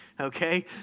Okay